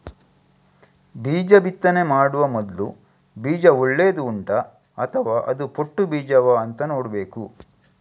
ಬೀಜ ಬಿತ್ತನೆ ಮಾಡುವ ಮೊದ್ಲು ಬೀಜ ಒಳ್ಳೆದು ಉಂಟಾ ಅಥವಾ ಅದು ಪೊಟ್ಟು ಬೀಜವಾ ಅಂತ ನೋಡ್ಬೇಕು